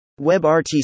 WebRTC